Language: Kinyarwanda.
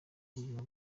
ubuzima